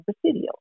presidio